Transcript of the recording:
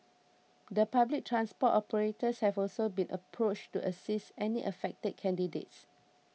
the public transport operators have also been approached to assist any affected candidates